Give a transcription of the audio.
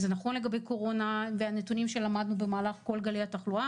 זה נכון לגבי קורונה והנתונים שלמדנו במהלך כל גלי התחלואה